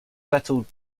settled